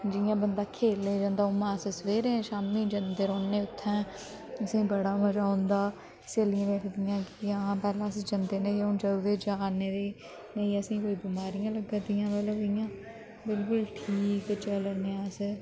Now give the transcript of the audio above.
जियां बंदा खेलने जंदा उ'यां अस सवेरे शाम्मी जंदे रौह्ने उत्थैं असेंई बड़ा मजा औंदा स्हेलियां बी आखदियां कि हां पैह्ले अस जंदे नि हे हून जंदू दे जा ने ते नेईं असेंई कोई बमारियां लग्गा दियां मतलब इ'यां बिलकुल ठीक चला ने अस